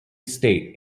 state